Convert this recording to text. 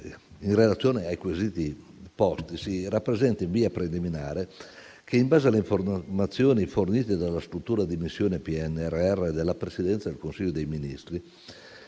In relazione ai quesiti posti si rappresenta in via preliminare che, in base alle informazioni fornite dalla Struttura di missione PNRR della Presidenza del Consiglio dei ministri,